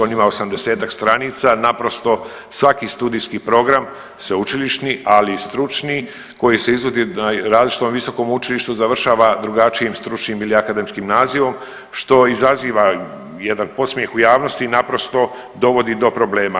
On ima 80-ak stranica, naprosto svaki studijski program sveučilišni, ali i stručni koji se izvodi na različitom visokom učilištu završava drugačijim stručnim ili akademskim nazivom što izaziva jedan podsmjeh u javnosti i naprosto dovodi do problema.